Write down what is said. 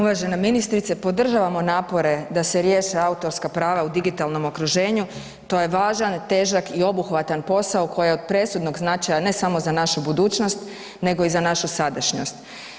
Uvažena ministrice, podržavamo napore da se riješe autorska prava u digitalno okruženju, to je važan, težak i obuhvatan posao koji je od presudnog značaja, ne samo za našu budućnost, nego i za našu sadašnjost.